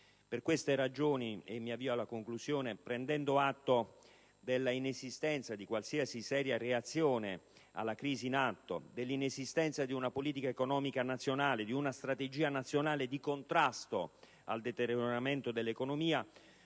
Per queste ragioni, prendendo atto dell'inesistenza di qualsiasi seria reazione alla crisi in atto, dell'inesistenza di una politica economica nazionale, di una strategia nazionale di contrasto al deterioramento dell'economia,